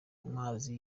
amazi